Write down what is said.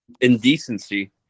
Indecency